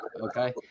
okay